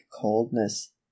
coldness